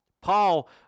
Paul